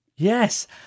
Yes